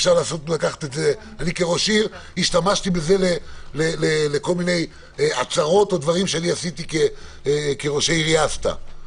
אני כראש עיר השתמשתי בזה לכל מיני עצרות ודברים שעשיתי שהעירייה עשתה.